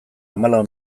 hamalau